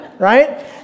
right